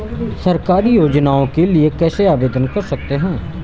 सरकारी योजनाओं के लिए कैसे आवेदन कर सकते हैं?